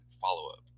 follow-up